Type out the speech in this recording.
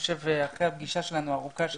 אחרי הפגישה שלנו הארוכה שהייתה והסקירה שנתת